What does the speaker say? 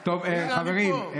חברים,